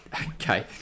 Okay